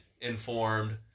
informed